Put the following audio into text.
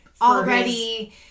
already